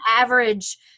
average